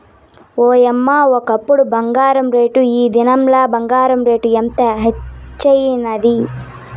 ఓయమ్మ, ఒకప్పుడు బంగారు రేటు, ఈ దినంల బంగారు రేటు ఎంత హెచ్చైనాది